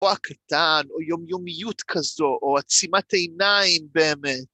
כוח קטן, או יומיומיות כזו, או עצימת עיניים באמת.